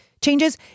changes